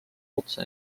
otse